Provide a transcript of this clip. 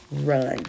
run